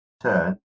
turn